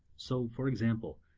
so for example,